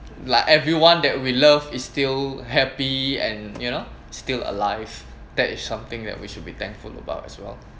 like everyone that we love is still happy and you know still alive that is something that we should be thankful about as well